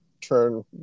turn